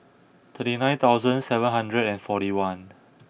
thirty nine thousand seven hundred and forty one